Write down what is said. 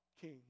king